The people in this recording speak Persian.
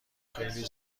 خیلی